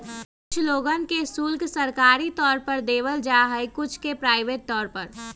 कुछ लोगन के शुल्क सरकारी तौर पर देवल जा हई कुछ के प्राइवेट तौर पर